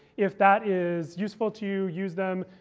if that is useful to you, use them.